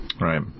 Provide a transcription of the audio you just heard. Right